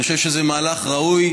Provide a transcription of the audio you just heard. אני חושב שזה מהלך ראוי.